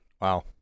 Wow